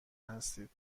هستید